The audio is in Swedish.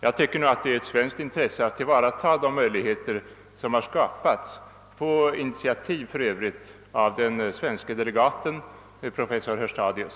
Jag tycker att det är ett svenskt intresse att tillvarata de möjligheter som skapats — under medverkan för övrigt av den svenske delegaten professor Hörstadius.